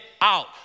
out